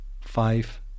five